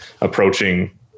approaching